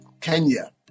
Kenya